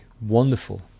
wonderful